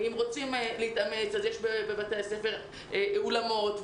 יש בבתי הספר אולמות,